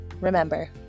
Remember